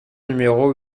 numéro